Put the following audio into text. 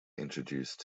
introduced